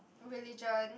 religion